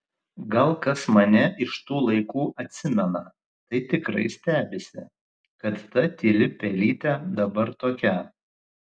gal kas mane iš tų laikų atsimena tai tikrai stebisi kad ta tyli pelytė dabar tokia